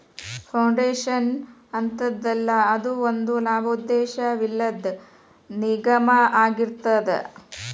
foundation ಅಂತದಲ್ಲಾ, ಅದು ಒಂದ ಲಾಭೋದ್ದೇಶವಿಲ್ಲದ್ ನಿಗಮಾಅಗಿರ್ತದ